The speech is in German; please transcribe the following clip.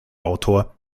autor